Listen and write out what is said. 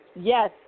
Yes